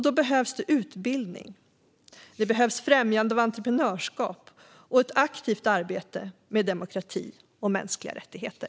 Då behövs det utbildning, främjande av entreprenörskap och ett aktivt arbete med demokrati och mänskliga rättigheter.